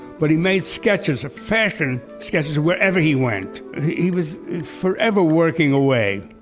but he made sketches, fashion sketches wherever he went. he was forever working away,